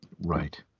Right